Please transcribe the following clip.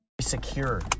secure